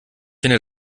finde